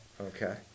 okay